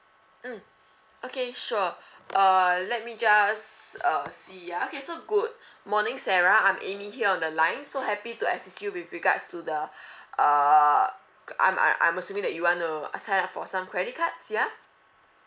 mm okay sure uh let me just uh see ah okay so good morning sarah I'm amy here on the line so happy to assist you with regards to the uh I'm I'm assuming that you want to sign up for some credit cards ya